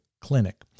clinic